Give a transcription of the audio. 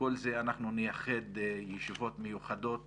לכל זה נייחד ישיבות מיוחדות